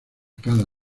cada